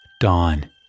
Dawn